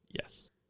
yes